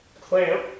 clamp